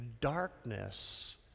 darkness